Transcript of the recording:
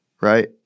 Right